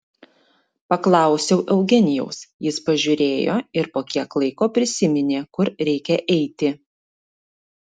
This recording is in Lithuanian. paklausiau eugenijaus jis pažiūrėjo ir po kiek laiko prisiminė kur reikia eiti